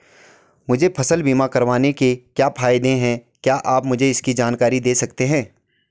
मुझे फसल बीमा करवाने के क्या फायदे हैं क्या आप मुझे इसकी जानकारी दें सकते हैं?